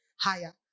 higher